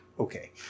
Okay